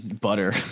Butter